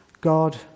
God